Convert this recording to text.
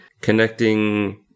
connecting